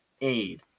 Aid